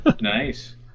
Nice